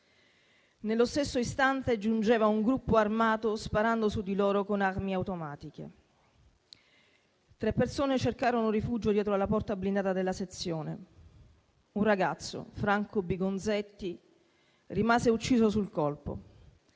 Nello stesso istante giungeva un gruppo armato sparando su di loro con armi automatiche. Tre persone cercarono rifugio dietro la porta blindata della sezione. Un ragazzo, Franco Bigonzetti, rimase ucciso sul colpo.